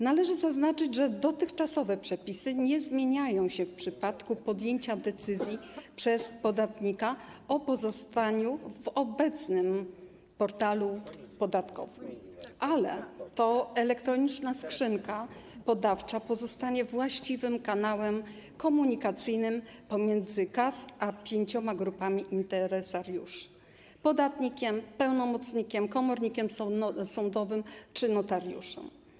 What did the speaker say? Należy zaznaczyć, że dotychczasowe przepisy nie zmieniają się w przypadku podjęcia przez podatnika decyzji o pozostaniu w obecnym portalu podatkowym, ale to elektroniczna skrzynka podawcza pozostanie właściwym kanałem komunikacyjnym pomiędzy KAS a pięcioma grupami interesariuszy: podatnikiem, pełnomocnikiem, komornikiem sądowym czy notariuszem.